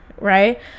right